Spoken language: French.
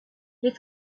les